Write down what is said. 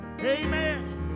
Amen